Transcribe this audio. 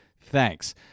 Thanks